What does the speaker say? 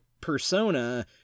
persona